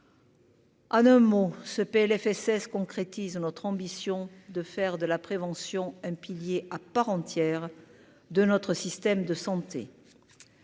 En un mot ce PLFSS concrétise notre ambition de faire de la prévention un pilier à part entière de notre système de santé.